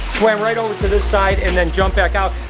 swam right over to this side, and then jumped back out.